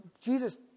Jesus